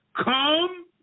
Come